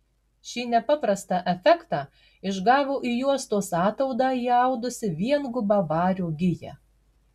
šį nepaprastą efektą išgavo į juostos ataudą įaudusi viengubą vario giją